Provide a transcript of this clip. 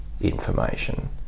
information